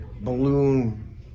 balloon